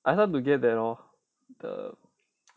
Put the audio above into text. very hard to get them lor the